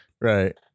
Right